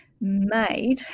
made